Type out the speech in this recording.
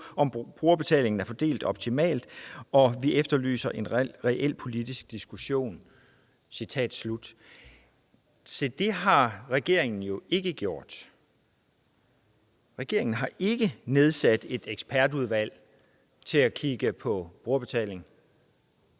om brugerbetaling er fordelt optimalt, og vi efterlyser en reel politisk diskussion.« Se, det har regeringen jo ikke gjort. Regeringen har ikke nedsat et ekspertudvalg til at kigge på brugerbetaling.